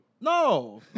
No